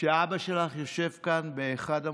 שאבא שלך יושב כאן באחד המושבים,